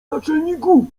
naczelniku